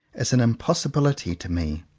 is an impossi bility to me.